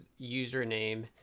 username